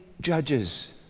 judges